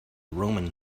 roman